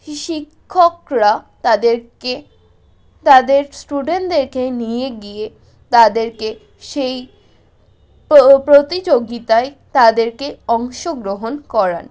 শিক্ষকরা তাদেরকে তাদের স্টুডেন্টদেরকে নিয়ে গিয়ে তাদেরকে সেই প্রতিযোগিতায় তাদেরকে অংশগ্রহণ করান